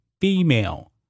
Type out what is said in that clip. female